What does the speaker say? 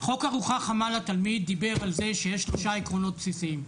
חוק ארוחה חמה לתלמיד דיבר על זה שיש שלושה עקרונות בסיסיים: